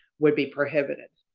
would be prohibited.